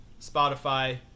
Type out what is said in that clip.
Spotify